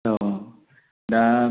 औ दा